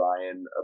Ryan